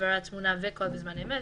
העברת תמונה וקול בזמן אמת,